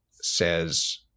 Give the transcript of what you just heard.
says